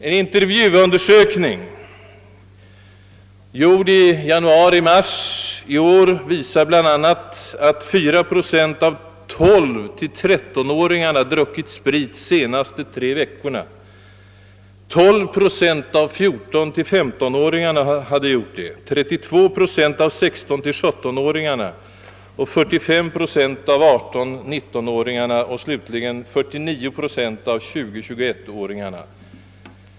En intervjuundersökning gjord i januari—mars i år visar bl.a., att 4 procent av 12—13-åringarna druckit sprit under de senaste tre veckorna. Av 14— 15-åringarna hade 12 procent, av 16— 17-åringarna 32 procent, av 18—19 åringarna 45 procent och slutligen av 20—21-åringarna 49 procent druckit sprit under denna tid.